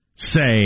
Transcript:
say